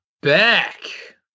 Back